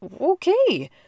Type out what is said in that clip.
Okay